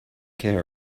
care